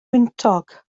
wyntog